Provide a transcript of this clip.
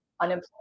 unemployed